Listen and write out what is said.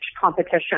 competition